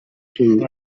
treated